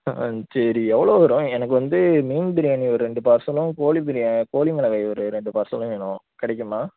ஆ சரி எவ்வளோ வரும் எனக்கு வந்து மீன் பிரியாணி ஒரு ரெண்டு பார்சலும் கோழி பிரியாணி கோழி மிளகாய் ஒரு ரெண்டு பார்சலும் வேணும் கிடைக்குமா